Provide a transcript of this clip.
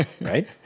Right